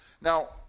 Now